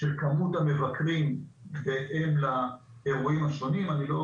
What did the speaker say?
של כמות המבקרים בהתאם לאירועים השונים ואני לא